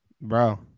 Bro